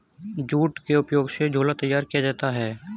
jute के उपयोग से झोला तैयार किया जाता है